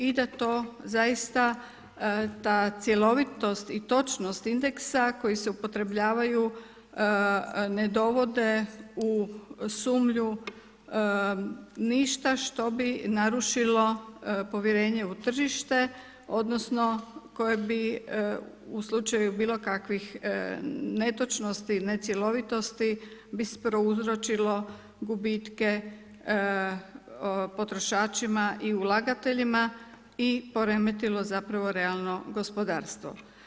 I da to zaista ta cjelovitost i točnost indeksa koji se upotrebljavaju ne dovode u sumnju ništa što bi narušilo povjerenje u tržište, odnosno, koje bi u slučaju bilo kakvih netočnosti, necjelovitosti bi prouzročilo gubitke potrošačima i ulagateljima i poremetilo zapravo realno gospodarstvo.